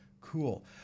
Cool